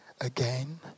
again